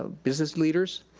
ah business leaders.